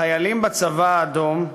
חיילים בצבא האדום,